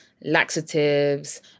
laxatives